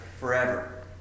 forever